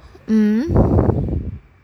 um